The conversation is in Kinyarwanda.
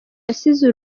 yasize